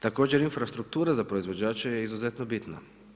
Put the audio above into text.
Također infrastruktura za proizvođače je izuzetno bitna.